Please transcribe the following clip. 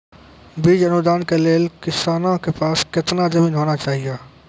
बीज अनुदान के लेल किसानों के पास केतना जमीन होना चहियों?